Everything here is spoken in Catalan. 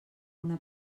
una